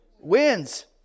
wins